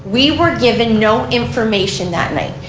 we were given no information that night.